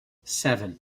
seven